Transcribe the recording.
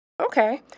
Okay